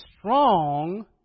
strong